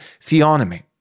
theonomy